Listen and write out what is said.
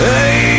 Hey